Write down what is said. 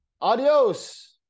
Adios